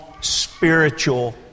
spiritual